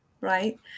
right